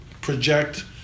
project